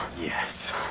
Yes